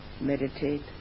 meditate